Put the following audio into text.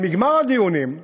אבל מגמר הדיונים,